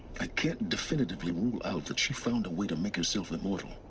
i can't definitively rule out that she found a way to make herself immortal